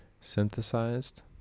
Synthesized